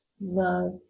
love